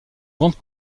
grande